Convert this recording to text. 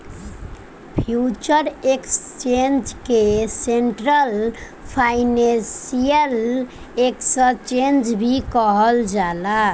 future exchange के central financial exchange भी कहल जाला